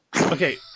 Okay